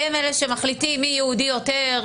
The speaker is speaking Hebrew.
הם אלה שמחליטים מי יהודי יותר,